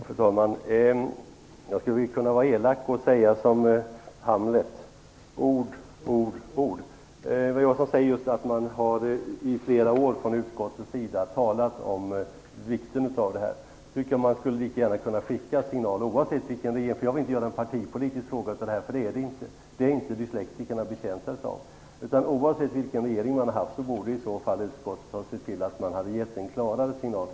Fru talman! Jag skulle kunna vara elak och säga som Hamlet: Ord, ord, ord. Eva Johansson säger just att man i flera år från utskottets sida har talat om vikten av detta. Då tycker jag att utskottet lika gärna kunde ha sänt en klarare signal, så att någonting verkligen sker. Det kunde man ha gjort oavsett vilken regering man har haft. Jag vill inte göra en partipolitisk fråga av det här, för det är det inte.